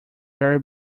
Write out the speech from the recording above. very